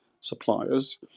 suppliers